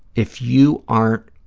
if you aren't